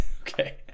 Okay